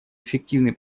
эффективный